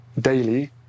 daily